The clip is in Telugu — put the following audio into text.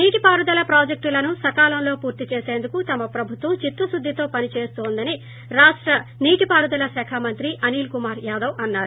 నీటి పారుదల ప్రాజెక్టులను సకాలంలో పూర్తి చేసందుకు తమ ప్రభుత్వం చిత్తశుద్గితో పని చేస్తోందని రాష్ట నీటిపారుదల శాఖమంత్రి అనిల్ కుమార్ యాదవ్ అన్నారు